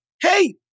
hey